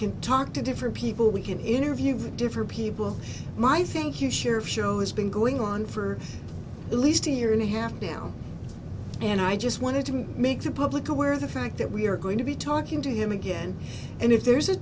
can talk to different people we can interview for different people my thank you sheriff show has been going on for at least a year and a half down and i just wanted to make the public aware of the fact that we are going to be talking to him again and if there's